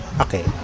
Okay